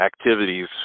activities